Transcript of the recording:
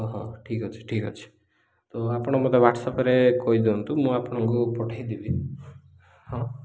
ଓ ହୋ ଠିକ୍ ଅଛି ଠିକ୍ ଅଛି ତ ଆପଣ ମୋତେ ହ୍ୱାଟ୍ସଅପରେ କହିଦିଅନ୍ତୁ ମୁଁ ଆପଣଙ୍କୁ ପଠେଇଦେବି ହଁ